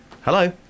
Hello